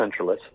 centralist